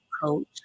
coach